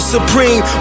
Supreme